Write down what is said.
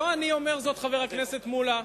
לא אני אומר זאת, חבר הכנסת מולה,